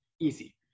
easy